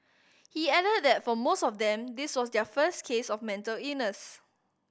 he added that for most of them this was their first case of mental illness